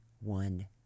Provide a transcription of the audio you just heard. one